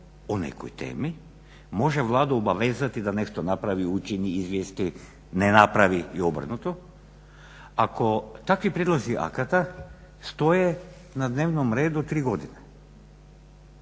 o nekoj temi može Vladu obavezati da nešto napraviti, učini, izvijesti, ne napravi i obrnuto ako takvi prijedlozi akata stoje na dnevnom redu tri godine.